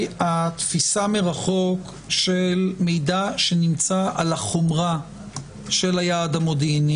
התפיסה מרחוק של מידע שנמצא על החומרה של היעד המודיעיני